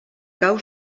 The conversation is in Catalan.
cau